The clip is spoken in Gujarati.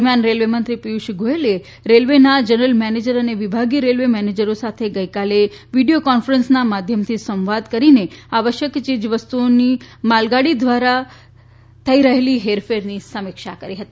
દરમિયાન રેલવેમંત્રી પિયુષ ગોયલે રેલવેના જનરલ મેનેજર અને વિભાગીય રેલવે મેનેજરો સાથે ગઈકાલે વીડિયો કોન્ફરન્સના માધ્યમથી સંવાદ કરીને આવશ્યક ચીજવસ્તુઓનું માલગાડી દ્વારા થઈ રહેલી હેરફેરની સમીક્ષા કરી હતી